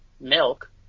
milk